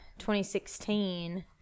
2016